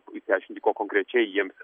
išsiaiškinti ko konkrečiai jiems